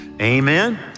amen